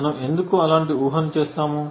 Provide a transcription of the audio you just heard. మనం ఎందుకు అలాంటి ఊహను చేస్తాము